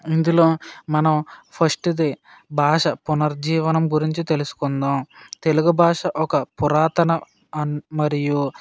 ఇందులో మనం ఫస్ట్ ది భాష పునర్జీవనం గురించి తెలుసుకుందాం తెలుగు భాష ఒక పురాతన మరియు